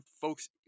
folks